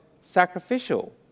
sacrificial